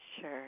Sure